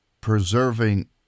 preserving